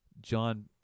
john